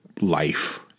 life